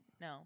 No